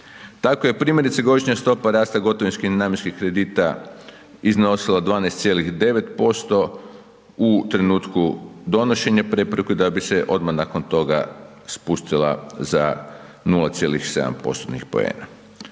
Tako je primjerice godišnja stopa rasta gotovinskih nenamjenskih kredita iznosila 12,9% u trenutku donošenja …/Govornik se ne razumije/…da bi se odma nakon toga spustila za 0,7%-tnih poena.